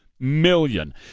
million